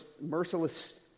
merciless